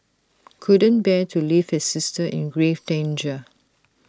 couldn't bear to leave his sister in grave danger